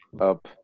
up